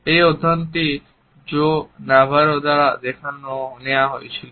এই অধ্যয়নটি Joe Navarro দ্বারা নেওয়া হয়েছিল